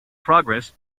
progress